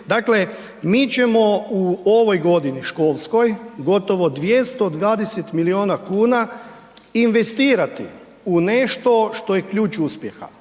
Dakle mi ćemo u ovoj godini školskoj, gotovo 220 milijuna kuna investirati u nešto što je ključ uspjeha,